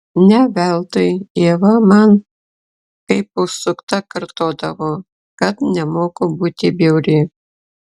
ne veltui ieva man kaip užsukta kartodavo kad nemoku būti bjauri